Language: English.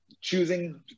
choosing